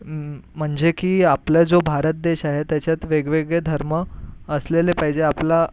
म्हणजे की आपला जो भारत देश आहे त्याच्यात वेगवेगळे धर्म असलेले पाहिजे आपला